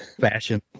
fashion